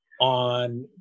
on